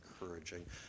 encouraging